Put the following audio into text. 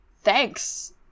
thanks